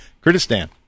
Kurdistan